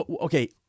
Okay